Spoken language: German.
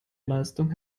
leistung